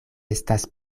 estas